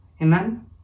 Amen